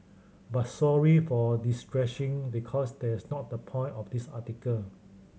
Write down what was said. but sorry for distressing because that's not the point of this article